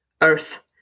earth